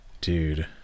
Dude